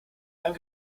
einen